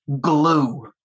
glue